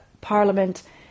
Parliament